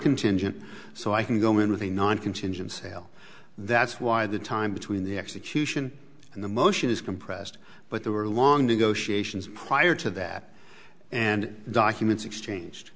contingent so i can go in with a non contingent sale that's why the time between the execution and the motion is compressed but there were long negotiations prior to that and the documents